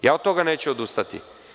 Ja od toga neću odustati.